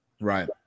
Right